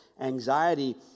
anxiety